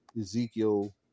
Ezekiel